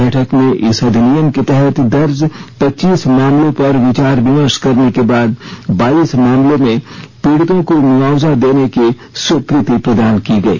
बैठक में इस अधिनियम के तहत दर्ज पच्चीस मामलों पर विचार विमर्श करने के बाद बाईस मामलों में पीड़ितों को मुआवजा देने को स्वीकृति प्रदान की गई